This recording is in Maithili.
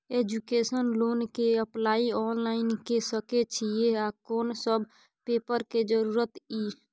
एजुकेशन लोन के अप्लाई ऑनलाइन के सके छिए आ कोन सब पेपर के जरूरत इ?